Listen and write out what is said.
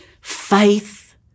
Faith